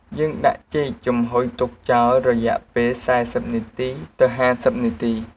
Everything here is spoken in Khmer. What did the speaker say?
យើងដាក់ចេកចំហុយទុកចោលរយៈពេល៤០នាទី ទៅ៥០នាទី។